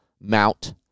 mount